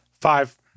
Five